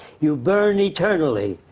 you'll burn eternally.